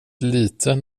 liten